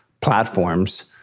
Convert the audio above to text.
platforms